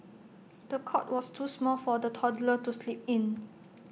the cot was too small for the toddler to sleep in